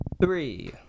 three